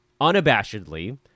unabashedly